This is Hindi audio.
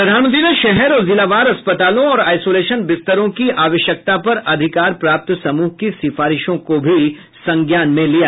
प्रधानमंत्री ने शहर और जिलावार अस्पतालों और आइसोलेशन बिस्तरों की आवश्यकता पर अधिकार प्राप्त समूह की सिफारिशों को भी संज्ञान में लिया